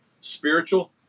spiritual